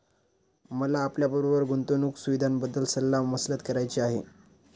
मला आपल्याबरोबर गुंतवणुक सुविधांबद्दल सल्ला मसलत करायची आहे